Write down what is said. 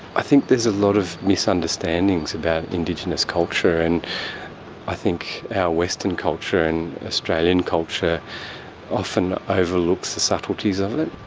i think there's a lot of misunderstandings about indigenous culture, and i think our western culture and australian culture often overlooks the subtleties of it.